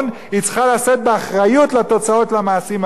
היא צריכה לשאת באחריות לתוצאות של המעשים האלה.